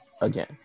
Again